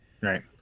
Right